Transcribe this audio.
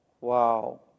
Wow